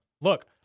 Look